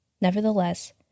Nevertheless